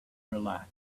relaxed